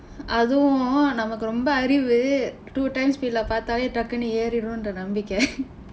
அதுவும் நமக்கு ரொம்ப அறிவு:athuvum namakku rompa arivu two times speed இல்ல பார்த்தாலே டக்குனு ஏறிருன்னு என்ற நம்பிக்கை:illa paarththaalew dakkunu eerirunnu enra nampikkai